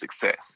success